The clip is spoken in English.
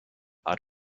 out